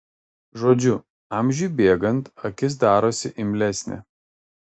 žodžiu amžiui bėgant akis darosi imlesnė